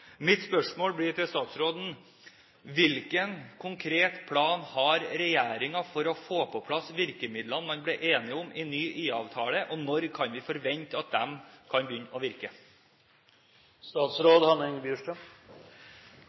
Mitt spørsmål til statsråden blir: Hvilken konkret plan har regjeringen for å få på plass virkemidlene man ble enige om i ny IA-avtale? Og når kan vi forvente at de kan begynne å